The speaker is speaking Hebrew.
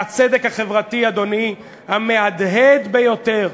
והצדק החברתי, אדוני, המהדהד ביותר,